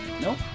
nope